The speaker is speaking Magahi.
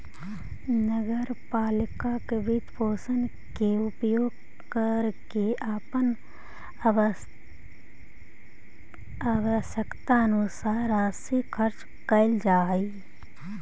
नगर पालिका वित्तपोषण के उपयोग करके अपन आवश्यकतानुसार राशि खर्च कैल जा हई